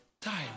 time